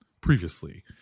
previously